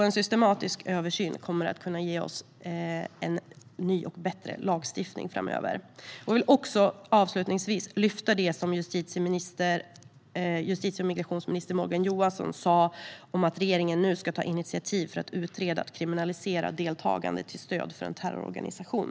En systematisk översyn kommer att kunna ge oss en ny och bättre lagstiftning framöver. Jag vill avslutningsvis lyfta fram det som justitie och migrationsminister Morgan Johansson sa om att regeringen nu ska ta initiativ för att utreda att kriminalisera deltagande till stöd för en terrororganisation.